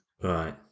right